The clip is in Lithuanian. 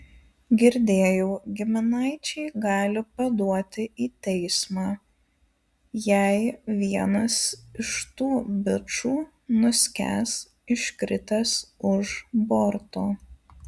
girdėjau giminaičiai gali paduoti į teismą jei vienas iš tų bičų nuskęs iškritęs už borto